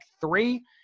three